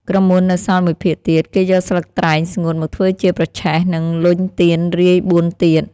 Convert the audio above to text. ក្រមួននៅសល់មួយភាគទៀត គេយកស្លឹកត្រែងស្ងួតមកធ្វើជាប្រឆេះ និងលញ់ទៀនរាយបួនទៀត។